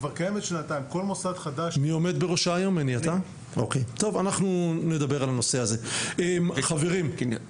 טוב, אנחנו נדבר על זה חברים.